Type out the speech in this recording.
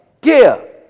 give